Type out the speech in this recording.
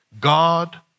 God